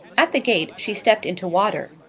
at the gate she stepped into water.